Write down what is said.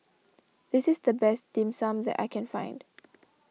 this is the best Dim Sum that I can find